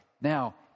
Now